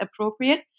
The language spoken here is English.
appropriate